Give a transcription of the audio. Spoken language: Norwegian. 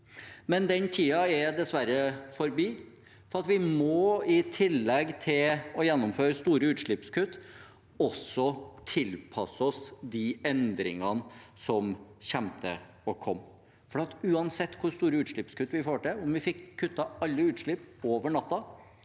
Men den tiden er dessverre forbi, for i tillegg til å gjennomføre store utslippskutt må vi også tilpasse oss de endringene som kommer til å komme. For uansett hvor store utslippskutt vi får til, om vi fikk kuttet alle utslipp over natten,